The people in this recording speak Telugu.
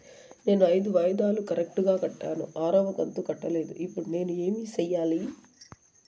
నేను ఐదు వాయిదాలు కరెక్టు గా కట్టాను, ఆరవ కంతు కట్టలేదు, ఇప్పుడు నేను ఏమి సెయ్యాలి?